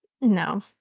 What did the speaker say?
No